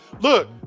Look